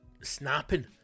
snapping